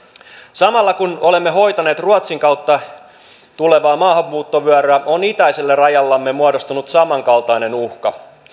samalla kun olemme hoitaneet ruotsin kautta tulevaa maahanmuuttovyöryä on itäiselle rajallemme muodostunut samankaltainen uhka